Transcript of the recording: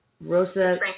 rosa